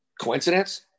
coincidence